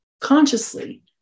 consciously